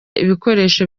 ibikoresho